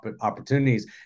opportunities